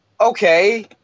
okay